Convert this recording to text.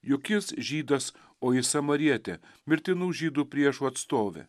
juk jis žydas o ji samarietė mirtinų žydų priešų atstovė